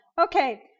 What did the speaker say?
Okay